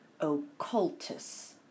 occultus